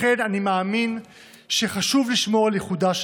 לכן אני מאמין שחשוב לשמור על ייחודה של